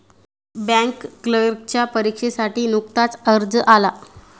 bank क्लर्कच्या परीक्षेसाठी नुकताच अर्ज आला